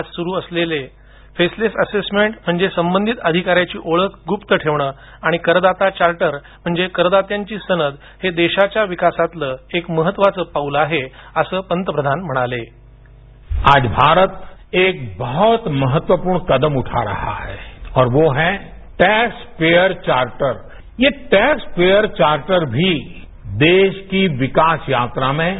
आज सुरू झालेले फेसलेस असेसमेंट म्हणजेच संबंधित अधिकाऱ्यांची ओळख गुप्त ठेवणे आणि करदाता चार्टर म्हणजेच करदात्यांची सनद हे देशाच्या विकासातलं एक महत्त्वाच पाऊल आहे असं ते म्हणाले ध्वनी आज भारत एक बहुत महत्वपूर्ण कदम उठा रहा है और वो है टैक्स पेयर चार्टर ये टैक्स पेयर चार्टर भी देश की विकास यात्रा में